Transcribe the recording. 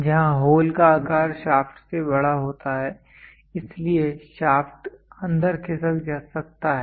जहां होल का आकार शाफ्ट से बड़ा होता है इसलिए शाफ्ट अंदर खिसक सकता है